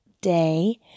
day